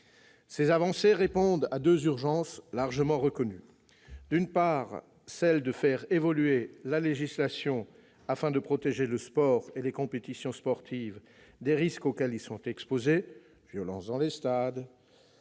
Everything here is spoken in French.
Ces avancées répondent à deux urgences largement reconnues. D'une part, il s'agit de faire évoluer la législation, afin de protéger le sport et les compétitions sportives des risques auxquels ils sont exposés. Violences dans les stades,